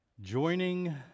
Joining